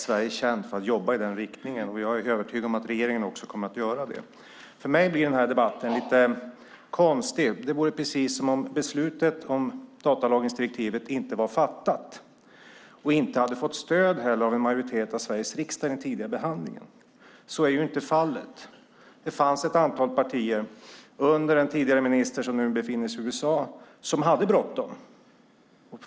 Sverige är känt för att jobba i den riktningen, och jag är övertygad om att regeringen kommer att göra det. För mig blir den här debatten lite konstig. Det är precis som om beslutet om datalagringsdirektivet inte var fattat och inte heller hade fått stöd av en majoritet i Sveriges riksdag vid den tidigare behandlingen. Så är inte fallet. Det fanns ett antal partier under den tidigare justitieminister som nu befinner sig i USA som hade bråttom.